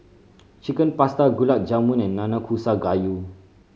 Chicken Pasta Gulab Jamun and Nanakusa Gayu